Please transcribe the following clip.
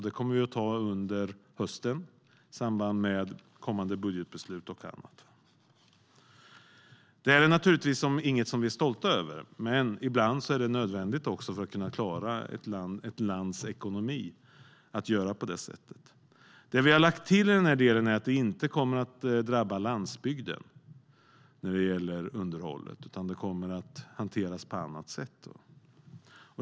Det kommer vi att ta under hösten i samband med kommande budgetbeslut och annat. Det här är naturligtvis inget som vi är stolta över, men ibland är det nödvändigt för att kunna klara ett lands ekonomi att göra på det sättet. Det vi har lagt till är att det inte kommer att drabba landsbygden när det gäller underhållet, utan det kommer att hanteras på annat sätt.